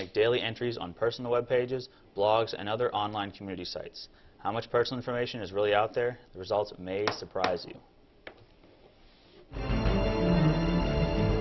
make daily entries on personal web pages blogs and other online community sites how much personal information is really out there the results may surprise you